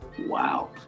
wow